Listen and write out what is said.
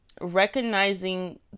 recognizing